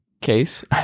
case